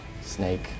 snake